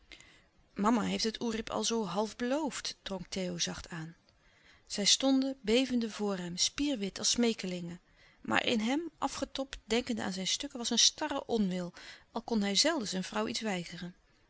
mama heeft het oerip al zoo half beloofd drong theo zacht aan zij stonden bevende voor hem spierwit als smeekelingen maar in hem afgetobd denkende aan zijn stukken was een starre onwil al kon hij zelden zijn vrouw iets weigeren